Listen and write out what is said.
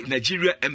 Nigeria